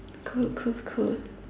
cool cool cool